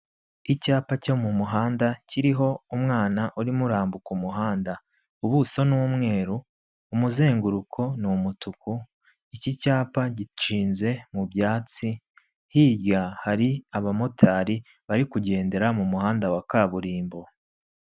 Icyapa cyo mu muhanda kiriho umwana urimo urambuka umuhanda. Ubuso ni umweru, umuzenguruko ni umutuku, iki cyapa gishinze mu byatsi, hirya hari abamotari bari kugendera mu muhanda wa kaburimbo.